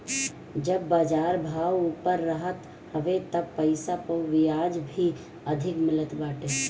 जब बाजार भाव ऊपर रहत हवे तब पईसा पअ बियाज भी अधिका मिलत बाटे